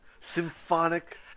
Symphonic